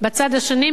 בצד השני,